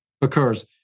occurs